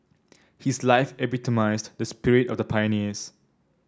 his life epitomised the spirit of the pioneers